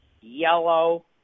Yellow